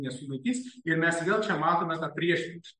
nesulaikys ir mes vėl čia matome tą priešpriešą